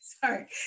sorry